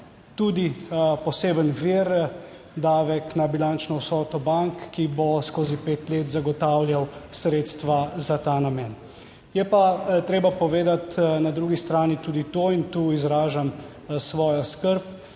tudi poseben vir, davek na bilančno vsoto bank, ki bo skozi pet let zagotavljal sredstva za ta namen, je pa treba povedati na drugi strani tudi to, in tu izražam svojo skrb,